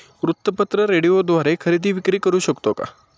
वृत्तपत्र, रेडिओद्वारे खरेदी विक्री करु शकतो का?